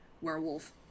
Werewolf